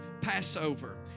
Passover